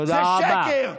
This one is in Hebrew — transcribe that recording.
זה שקר.